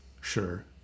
sure